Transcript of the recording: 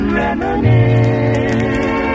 reminisce